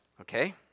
okay